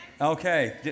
Okay